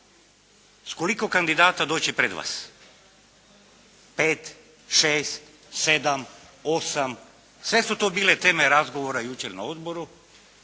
S koliko kandidata doći pred vas? Pet, šest, sedam, osam, sve su to bile teme razgovora jučer na odboru.